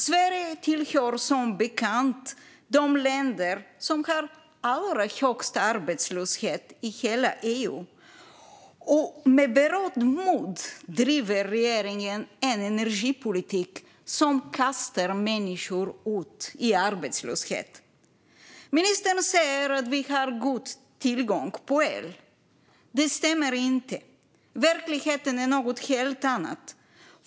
Sverige tillhör som bekant den grupp länder som har allra högst arbetslöshet i hela EU, och med berått mod driver regeringen en energipolitik som kastar ut människor i arbetslöshet. Ministern säger att vi har god tillgång på el. Det stämmer inte. Verkligheten är något helt annat.